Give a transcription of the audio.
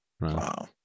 Wow